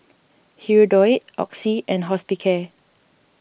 Hirudoid Oxy and Hospicare